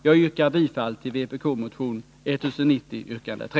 Jag yrkar bifall till vpk-motionen 1090, yrkande 3.